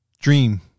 dream